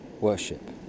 worship